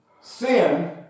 sin